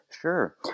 Sure